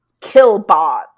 Killbots